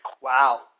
Wow